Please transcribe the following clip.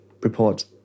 report